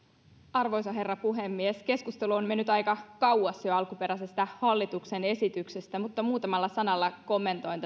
arvoisa herra puhemies keskustelu on mennyt jo aika kauas alkuperäisestä hallituksen esityksestä mutta muutamalla sanalla kommentoin